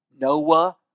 Noah